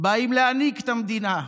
באים להנהיג את המדינה,